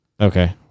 Okay